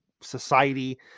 society